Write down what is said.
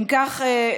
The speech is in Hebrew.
אם כך,